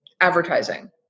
advertising